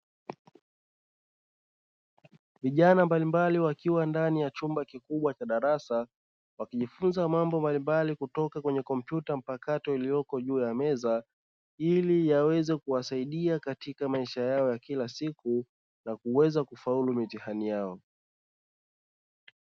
Vijana mbalimbali wakiwa ndani ya chumba kikubwa cha darasa, wakijifunza mambo mbalimbali kukoka kwenye komputa mpakato iliyopo juu ya meza, ili yaweze kuwasaidia katika maisha yao ya kila siku na kuweza kufaulu mitihani yao.